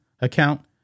account